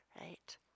right